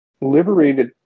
liberated